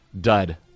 Dud